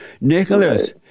Nicholas